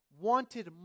wanted